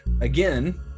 again